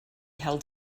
held